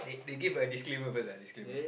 they they give my disclaimer first ah disclaimer